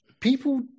people